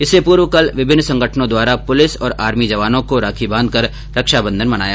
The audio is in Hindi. इस से पूर्व कल विभिन्न संगठनों द्वारा पुलिस आर्मी जवानों को राखी बांध कर रक्षाबंधन मनाया